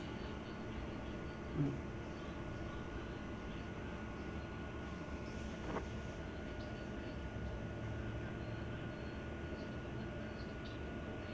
mm